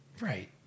Right